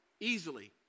Easily